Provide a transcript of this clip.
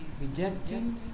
rejecting